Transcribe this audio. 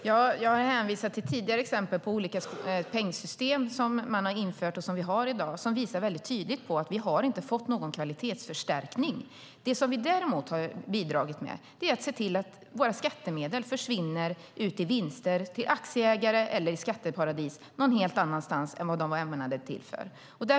Fru talman! Jag hänvisar till tidigare exempel på olika pengsystem som man har infört och som vi har i dag. De visar väldigt tydligt att vi inte har fått någon kvalitetsförstärkning. Det som detta däremot har bidragit med är att se till att våra skattemedel försvinner ut till vinster till aktieägare eller till skatteparadis någon helt annanstans än de var ämnade för.